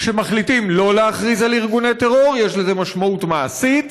כשמחליטים שלא להכריז על ארגוני טרור יש לזה משמעות מעשית,